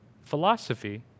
philosophy